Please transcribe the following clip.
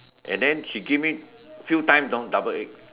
and then she give me few times you know double egg